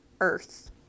earth